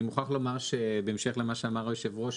אני מוכרח לומר שבהמשך למה שאמר יושב הראש,